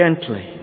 gently